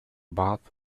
bath